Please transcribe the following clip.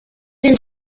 den